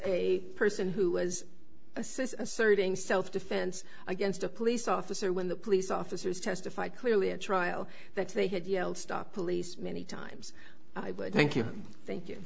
a person who was assist asserting self defense against a police officer when the police officers testified clearly a trial that they had yelled stop police many times thank you thank you